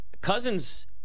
Cousins